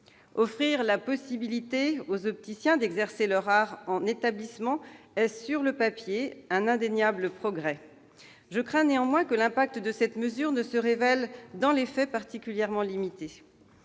Offrir la possibilité aux opticiens d'exercer leur art en établissement est, sur le papier, un indéniable progrès. Je crains néanmoins que l'effet de cette mesure ne se révèle dans les faits particulièrement limité.